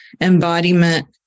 embodiment